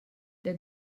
der